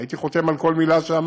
הייתי חותם על מילה שאמרת,